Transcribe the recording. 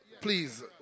please